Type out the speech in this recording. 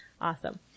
awesome